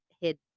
hid